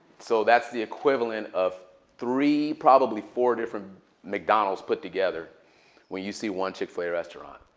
so that's the equivalent of three, probably four different mcdonald's put together when you see one chick-fil-a restaurant.